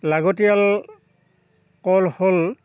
লাগতিয়াল কল হ'ল